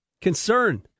concern